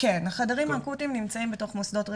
כן, החדרים האקוטיים נמצאים בתוך מוסדות רפואיים,